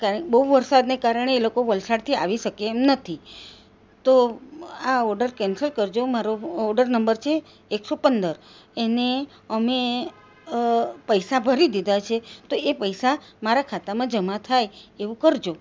કારણ બહુ વરસાદને કારણે એ લોકો વલસાડથી આવી શકે એમ નથી તો આ ઑડર કેન્સલ કરજો મારો ઑડર નંબર છે એકસો પંદર એને અમે પૈસા ભરી દીધા છે તો એ પૈસા મારા ખાતામાં જમા થાય એવું કરજો